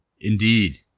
Indeed